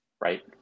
right